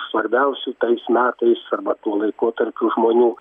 svarbiausių tais metais arba tuo laikotarpiu žmonių